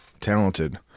talented